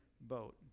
boat